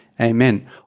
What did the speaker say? Amen